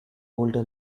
older